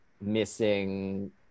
missing